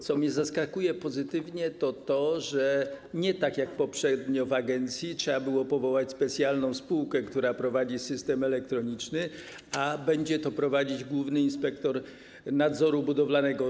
Co mnie zaskakuje pozytywnie, to to, że nie będzie tak jak poprzednio, gdy w agencji trzeba było powołać specjalną spółkę, która prowadzi system elektroniczny, ale będzie to prowadzić główny inspektor nadzoru budowalnego.